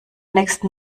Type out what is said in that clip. nächsten